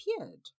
appeared